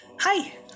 Hi